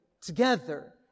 together